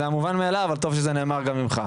זה המובן מאליו, אבל טוב שזה נאמר גם ממך.